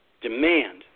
Demand